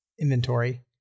inventory